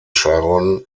sharon